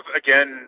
again